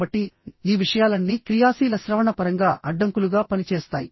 కాబట్టిఈ విషయాలన్నీ క్రియాశీల శ్రవణ పరంగా అడ్డంకులుగా పనిచేస్తాయి